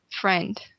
friend